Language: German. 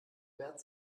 bert